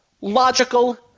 logical